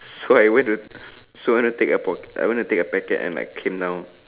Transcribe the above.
so I went to so I went to take a pork I went to take a packet and like came down